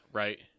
right